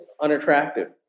unattractive